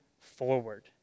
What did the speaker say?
forward